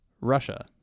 russia